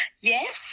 Yes